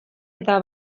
eta